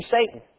Satan